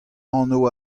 anv